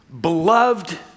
beloved